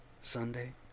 sunday